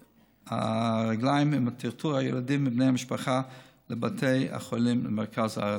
רגלים ומלטרטר את הילדים ובני המשפחה לבתי החולים במרכז הארץ.